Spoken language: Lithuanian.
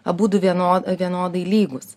abudu vieno vienodai lygūs